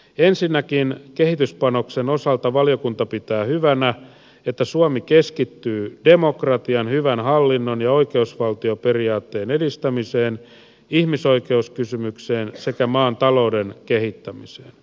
ensinnäkin kehityspanoksen osalta valiokunta pitää hyvänä että suomi keskittyy demokratian hyvän hallinnon ja oikeusvaltioperiaatteen edistämiseen ihmisoikeuskysymykseen sekä maan talouden kehittämiseen